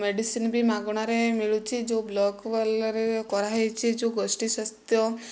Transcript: medicine ବି ମାଗଣାରେ ମିଳୁଛି ଯେଉଁ ବ୍ଲକ ରେ କରାହୋଇଛି ଯୋଉ ଗୋଷ୍ଟି ସ୍ୱାସ୍ଥ୍ୟ